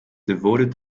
devoted